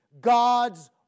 God's